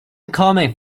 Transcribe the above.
coming